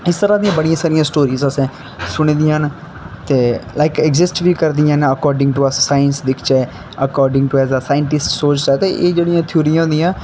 इस तरह् दियां बड़ियां सारियां स्टोरिस असें सुनी दियां न ते लाइक इग्जिस्ट बी करदियां न एकोर्डिंग टू अस साइंस दिक्खचै according to as as scientist सोचचै ते एह् जेह्ड़ियां थियूरियां होंदियां